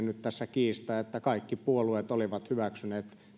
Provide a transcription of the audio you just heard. nyt tässä erikseen kiistä että kaikki puolueet olivat hyväksyneet